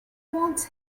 want